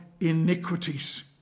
iniquities